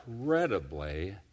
incredibly